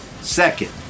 Second